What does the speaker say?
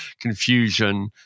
confusion